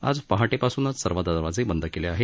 आज पहाटेपासूनच सर्व दरवाजे बंद केले आहेत